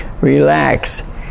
Relax